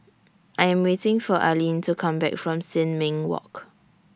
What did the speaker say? I Am waiting For Arleen to Come Back from Sin Ming Walk